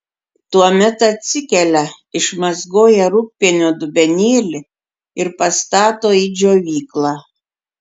tuomet atsikelia išmazgoja rūgpienio dubenėlį ir pastato į džiovyklą